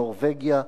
נורבגיה,